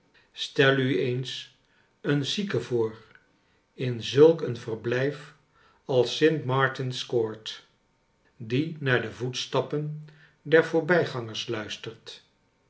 stel u eens een zieke voor in zulk een verblijf als st martin's court die naar de voetstappen der voorbij gangers luistert